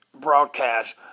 broadcast